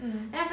mm